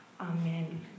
Amen